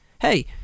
Hey